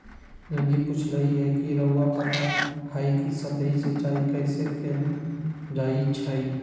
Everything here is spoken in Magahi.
लिली पुछलई ह कि रउरा पता हई कि सतही सिंचाई कइसे कैल जाई छई